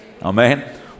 Amen